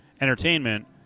entertainment